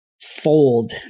fold